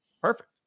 Perfect